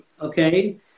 Okay